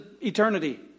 eternity